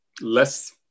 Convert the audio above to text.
less